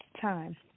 time